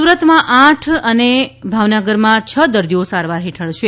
સુરતમાં આઠ અને ભાવનગરમાં છ દર્દીઓ સારવાર હેઠળ છે